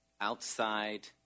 outside